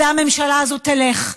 והממשלה הזאת תלך,